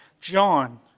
John